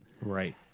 right